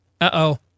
uh-oh